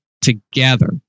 together